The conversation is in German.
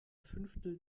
fünftel